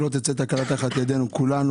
שלא תצא תקלה תחת ידי כולנו